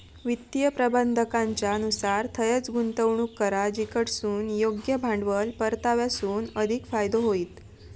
वित्तीय प्रबंधाकाच्या नुसार थंयंच गुंतवणूक करा जिकडसून योग्य भांडवल परताव्यासून अधिक फायदो होईत